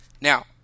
Now